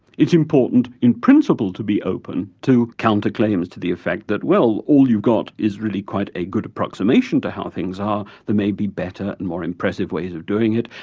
it's important in principle to be open to counter-claims to the effect that, well, all you've got is really quite a good approximation to how things are there may be better and more impressive ways of doing it.